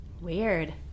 Weird